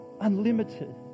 unlimited